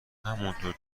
همانطور